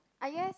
ah yes